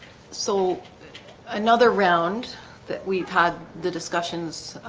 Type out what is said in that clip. so another round that we've had the discussions.